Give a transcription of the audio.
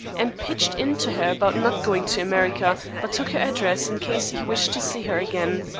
and pitched into her about not going to america, but took her address in case he wished to see her again.